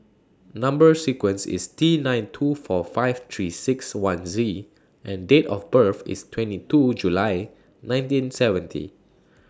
Number sequence IS T nine two four five three six one Z and Date of birth IS twenty two July nineteen seventy